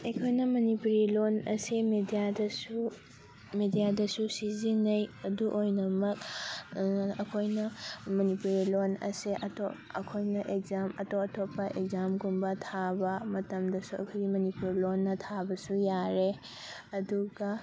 ꯑꯩꯈꯣꯏꯅ ꯃꯅꯤꯄꯨꯔꯤ ꯂꯣꯟ ꯑꯁꯦ ꯃꯦꯗꯤꯌꯥꯗꯁꯨ ꯃꯦꯗꯤꯌꯥꯗꯁꯨ ꯁꯤꯖꯤꯟꯅꯩ ꯑꯗꯨ ꯑꯣꯏꯅꯃꯛ ꯑꯩꯈꯣꯏꯅ ꯃꯅꯤꯄꯨꯔꯤ ꯂꯣꯟ ꯑꯁꯦ ꯑꯩꯈꯣꯏꯅ ꯑꯦꯛꯖꯥꯝ ꯑꯇꯣꯞ ꯑꯇꯣꯞꯄ ꯑꯦꯛꯖꯥꯝꯒꯨꯝꯕ ꯊꯥꯕ ꯃꯇꯝꯗꯁꯨ ꯑꯩꯈꯣꯏꯒꯤ ꯃꯅꯤꯄꯨꯔ ꯂꯣꯟꯅ ꯊꯥꯕꯁꯨ ꯌꯥꯔꯦ ꯑꯗꯨꯒ